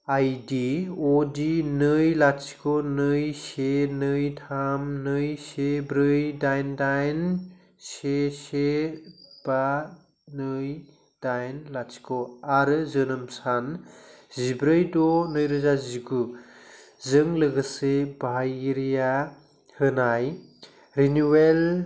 आइ डि अ डि नै लाथिख' नै से नै थाम नै से ब्रै दाइन दाइन से से बा नै दाइन लाथिख' आरो जोनोम सान जिब्रै द' नै रोजा जिगु जों लोगोसे बाहायगिरिया होनाय रिनिउयेल